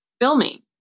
filming